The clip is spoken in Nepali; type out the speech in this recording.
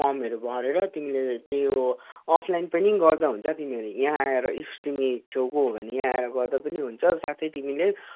फर्महरू भरेर तिमीले त्यो अफलाइन पनि गर्दा हुन्छ तिमीले यहाँ आएर इफ तिमी छेउको हो भने तिमी यहाँ आएर गर्दा पनि हुन्छ साथै तिमीले